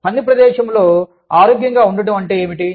పని ప్రదేశంలో ఆరోగ్యంగా ఉండటం అంటే ఏమిటి